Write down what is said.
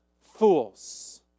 fools